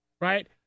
right